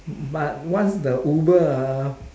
but once the uber ah